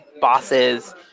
Bosses